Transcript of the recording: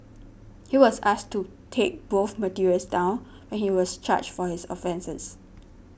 he was asked to take both materials down when he was charged for his offences